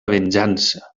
venjança